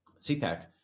CPAC